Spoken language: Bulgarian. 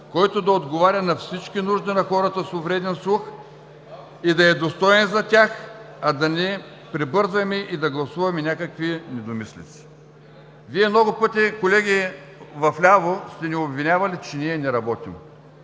който да отговаря на всички нужди на хората с увреден слух и да е достоен за тях, а да не прибързваме и да гласуваме някакви недомислици. Вие много пъти, колеги в ляво, сте ни обвинявали, че ние не работим.